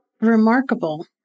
remarkable